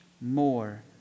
more